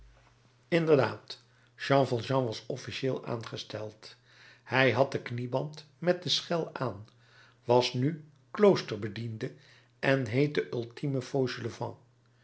inderdaad jean valjean was officiëel aangesteld hij had den knieband met de schel aan was nu kloosterbediende en heette ultime fauchelevent